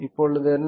இப்பொழுது என்ன